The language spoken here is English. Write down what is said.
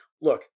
Look